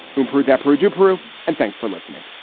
improve deborah jibaro, and thanks for listening